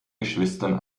geschwistern